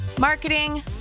marketing